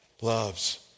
loves